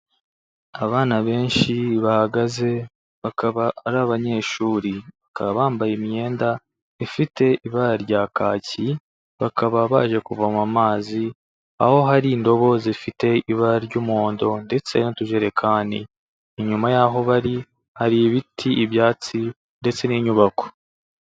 Abana benshi bahagaze bakaba ari abanyeshuri, bakaba bambaye imyenda ifite ibara rya kaki bakaba baje kuvoma amazi aho hari indobo zifite ibara ry'umuhondo ndetse n'utujerekani, inyuma y'aho bari hari ibiti, ibyatsi ndetse n'inyubako.